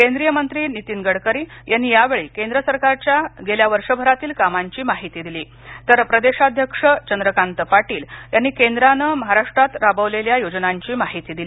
केंद्रीय मंत्री नितीन गडकरी यांनी यावेळी केंद्र सरकारच्या गेल्या वर्षभरातील कामांची माहिती दिली तर प्रदेशाध्यक्ष चंद्रकांत पाटील यांनी केंद्राने महाराष्ट्रात राबवलेल्या योजनांची माहिती दिली